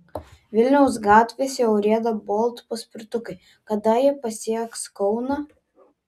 vilniaus gatvėse jau rieda bolt paspirtukai kada jie pasieks kauną